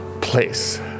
place